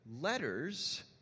letters